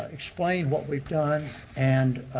ah explain what we've done and